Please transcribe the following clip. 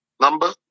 number